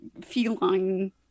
feline